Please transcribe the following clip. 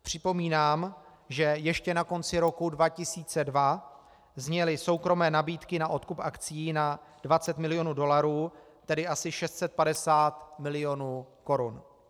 Připomínám, že ještě na konci roku 2002 zněly soukromé nabídky na odkup akcií na 20 milionů dolarů, tedy asi 650 milionů korun.